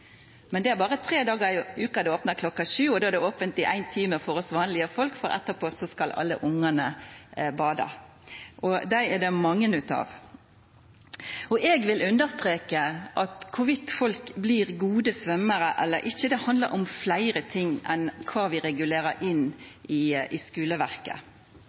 Men det er bare tre dager i uken det åpner kl. 7, og da er det åpent i én time for oss vanlige folk, for etterpå skal alle barna bade – og dem er det mange av. Jeg vil understreke at hvorvidt folk blir gode svømmere eller ikke, handler om mer enn hva vi regulerer inn i skoleverket.